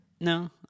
No